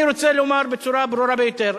אני רוצה לומר בצורה ברורה ביותר: